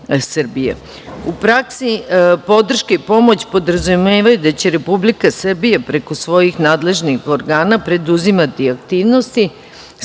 praksi podrške i pomoć podrazumevaju da će Republika Srbija preko svojih nadležnih organa preduzimati aktivnosti,